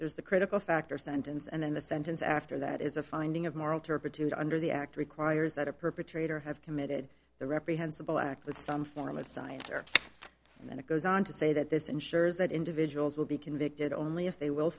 there's the critical factor sentence and then the sentence after that is a finding of moral turpitude under the act requires that a perpetrator have committed the reprehensible act with some form of site and then it goes on to say that this ensures that individuals will be convicted only if they will